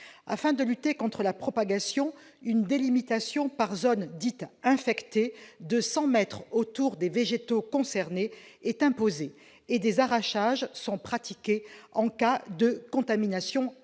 Afin de lutter contre la propagation, une délimitation par zone dite infectée de cent mètres autour des végétaux contaminés est imposée et des arrachages sont pratiqués en cas de contamination avancée.